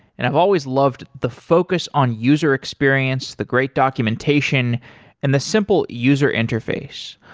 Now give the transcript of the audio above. and i've always loved the focus on user experience, the great documentation and the simple user interface.